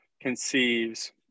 conceives